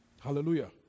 Hallelujah